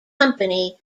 company